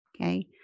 Okay